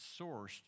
sourced